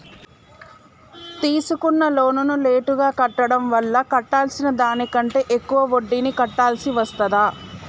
తీసుకున్న లోనును లేటుగా కట్టడం వల్ల కట్టాల్సిన దానికంటే ఎక్కువ వడ్డీని కట్టాల్సి వస్తదా?